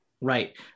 Right